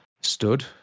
Stood